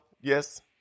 Yes